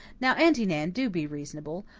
now, aunty nan, do be reasonable.